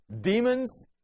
demons